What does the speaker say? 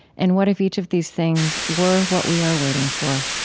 and what if each of these things were what we are waiting for?